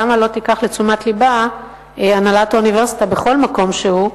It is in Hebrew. למה לא תיקח לתשומת לבה הנהלת האוניברסיטה בכל מקום שהוא,